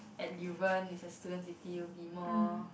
is a student city will be more